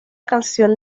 canción